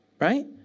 right